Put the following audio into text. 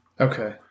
Okay